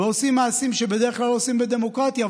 ועושים מעשים שבדרך כלל לא עושים בדמוקרטיה,